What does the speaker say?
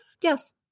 yes